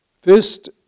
First